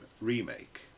remake